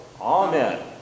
Amen